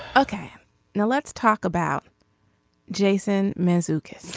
ok now let's talk about jason mizuki